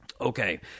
Okay